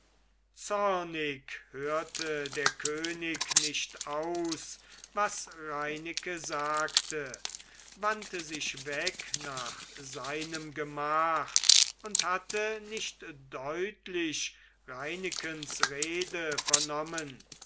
hörte der könig nicht aus was reineke sagte wandte sich weg nach seinem gemach und hatte nicht deutlich reinekens rede vernommen